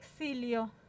exilio